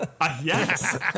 Yes